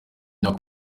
myaka